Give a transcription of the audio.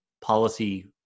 policy